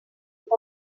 tot